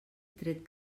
tret